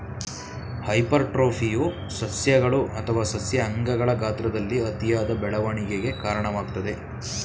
ಹೈಪರ್ಟ್ರೋಫಿಯು ಸಸ್ಯಗಳು ಅಥವಾ ಸಸ್ಯ ಅಂಗಗಳ ಗಾತ್ರದಲ್ಲಿ ಅತಿಯಾದ ಬೆಳವಣಿಗೆಗೆ ಕಾರಣವಾಗ್ತದೆ